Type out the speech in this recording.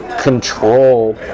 control